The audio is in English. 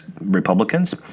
Republicans